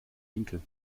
winkel